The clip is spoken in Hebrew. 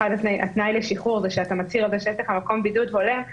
והתנאי לשחרור זה שאתה מצהיר על זה שיש לך מקום בידוד הולם,